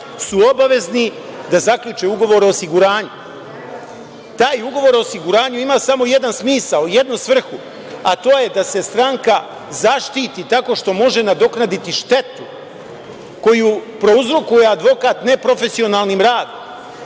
su obavezni da zaključe ugovor o osiguranju. Taj ugovor o osiguranju ima samo jedan smisao i jednu svrhu. To je da se stranka zaštiti tako što može nadoknaditi štetu koju prouzrokuje advokat neprofesionalnim radom.